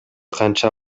канча